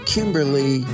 Kimberly